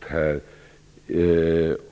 skett.